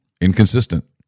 Inconsistent